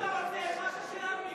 אל תדאג.